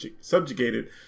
subjugated